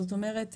זאת אומרת,